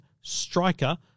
Striker